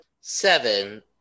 seven